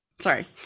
sorry